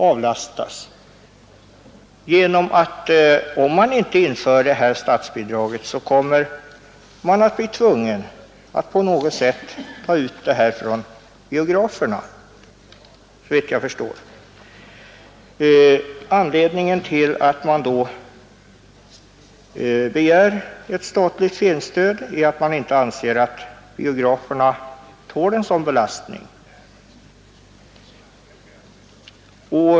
Om detta statsbidrag inte införs, tvingas man att på något sätt ta ut beloppet från biograferna. Anledningen till att ett statligt filmstöd begärs är att biograferna inte anses tåla en sådan belastning.